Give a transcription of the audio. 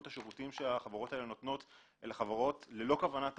השירותים שהחברות האלה נותנות אלה חברות ללא כוונת רווח.